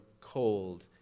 cold